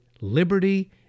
liberty